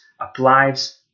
applies